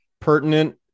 pertinent